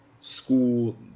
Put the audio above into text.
school